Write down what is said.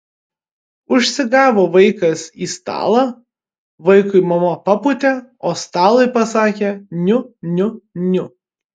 užsigavo vaikas į stalą vaikui mama papūtė o stalui pasakė niu niu niu